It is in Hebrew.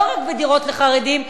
לא רק בדירות לחרדים,